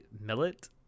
Millet